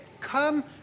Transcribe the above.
come